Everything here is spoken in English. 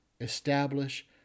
establish